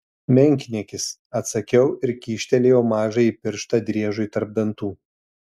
menkniekis atsakiau ir kyštelėjau mažąjį pirštą driežui tarp dantų